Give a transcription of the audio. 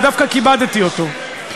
ודווקא כיבדתי אותו,